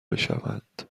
بشوند